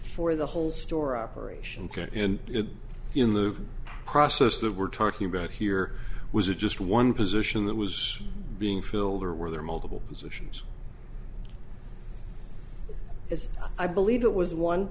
for the whole store operation and it in the process that we're talking about here was a just one position that was being filled or were there multiple positions as i believe it was one